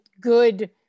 good